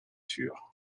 sure